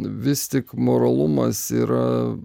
vis tik moralumas yra